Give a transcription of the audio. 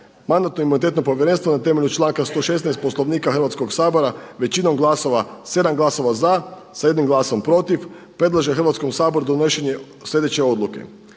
Mandatno-imunitetno povjerenstvo na temelju članka 116. Poslovnika Hrvatskog sabora većinom glasova 7 glasova za sa 1 glasom protiv predlaže Hrvatskom saboru donošenje sljedeće odluke.